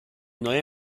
neue